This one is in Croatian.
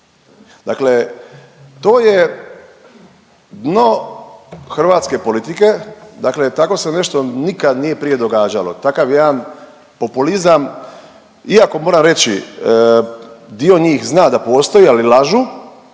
Dakle, to je dno hrvatske politike, dakle tako se nešto nikad nije prije događalo. Takav jedan populizam iako moram reći dio njih zna da postoji, ali lažu,